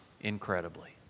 incredibly